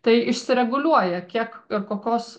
tai išsireguliuoja kiek ir kokios